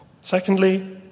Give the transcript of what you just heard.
Secondly